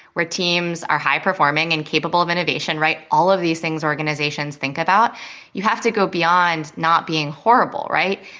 where teams are high performing and capable of innovation all of these things organizations think about you have to go beyond not being horrible, right?